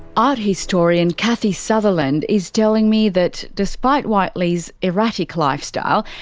art historian kathie sutherland is telling me that. despite whiteley's erratic lifestyle,